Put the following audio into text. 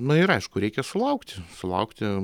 na ir aišku reikia sulaukti sulaukti